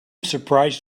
surprised